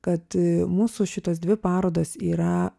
kad mūsų šitos dvi parodos yra